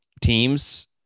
Teams